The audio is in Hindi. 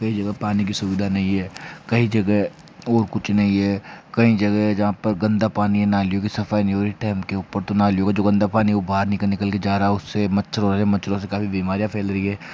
कई जगह पानी की सुविधा नहीं है कई जगह और कुछ नहीं है कई जगह है जहाँ पर गंदा पानी है नालियों की सफाई नहीं हो रही है टाइम के ऊपर तो नालियों का जो गंदा पानी है वह बाहर निकल निकल के जा रहा है उससे मच्छर हो रहे हैं मच्छरों से काफी बीमारियाँ फैल रही है